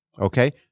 Okay